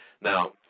Now